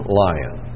lion